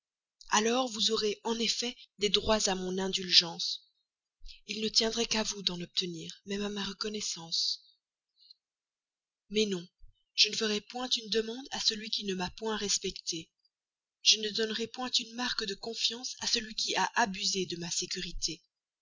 alors vous aurez en effet des droits à mon indulgence il ne tiendrait qu'à vous d'en obtenir même à ma reconnaissance mais non je ne ferai point une demande à celui qui ne m'a point respectée je ne donnerai point une marque de confiance à celui qui a abusé de ma sécurité